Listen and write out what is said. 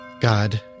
God